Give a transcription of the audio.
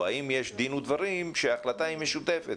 או האם יש דין ודברים, שההחלטה היא משותפת?